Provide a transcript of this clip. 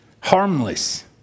harmless